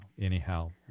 anyhow